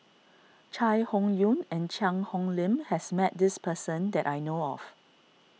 Chai Hon Yoong and Cheang Hong Lim has met this person that I know of